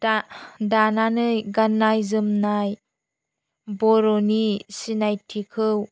दा दानानै गान्नाय जोमनाय बर'नि सिनायथिखौ